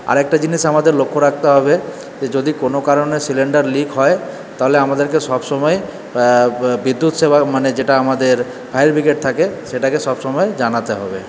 আরেকটা জিনিস আমাদের লক্ষ্য রাখতে হবে যদি কোন কারণে সিলিন্ডার লিক হয় তাহলে আমাদের সবসময় বিদ্যুৎ সেবা মানে যেটা আমাদের ফায়ার ব্রিগেড থাকে সেটাকে সব সময় জানাতে হবে